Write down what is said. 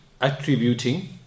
attributing